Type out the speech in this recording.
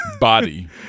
Body